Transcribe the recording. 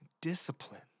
Discipline